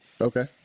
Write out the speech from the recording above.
Okay